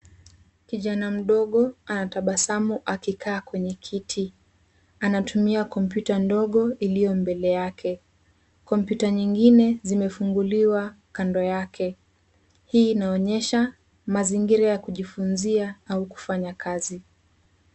Kijana mdogo anatabasamu akikaa kwenye kiti. Anatumia kompyuta ndogo iliyo mbele yake, kompyuta nyingine zimefunguliwa kando yake. Hii inaonyesha mazingira ya kujifunzia au kufanya kazi.